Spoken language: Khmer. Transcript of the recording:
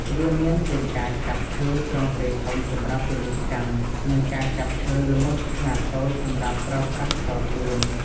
វាមានទាំងការកាប់ឈើទ្រង់ទ្រាយធំសម្រាប់ពាណិជ្ជកម្ម និងការកាប់ឈើល្មើសខ្នាតតូចសម្រាប់ប្រើប្រាស់ផ្ទាល់ខ្លួន។